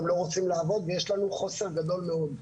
הם לא רוצים לעבוד ויש לנו חוסר גדול מאוד.